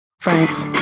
Thanks